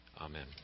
Amen